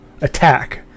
attack